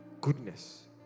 goodness